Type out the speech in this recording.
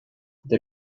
they